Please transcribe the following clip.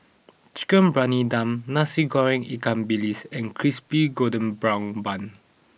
Chicken Briyani Dum Nasi Goreng Ikan Bilis and Crispy Golden Brown Bun